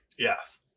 Yes